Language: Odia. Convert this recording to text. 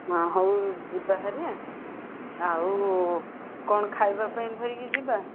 ହଁ ହଉ ଯିବା ହେରି ଆଉ କ'ଣ ଖାଇବା ପାଇଁ ଧରିକି ଯିବା